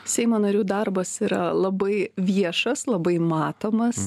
seimo narių darbas yra labai viešas labai matomas